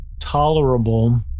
tolerable